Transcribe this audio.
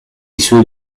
suoi